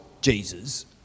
Jesus